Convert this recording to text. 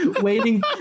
waiting